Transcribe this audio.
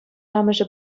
амӑшӗ